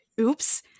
oops